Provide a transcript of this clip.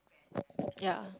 ya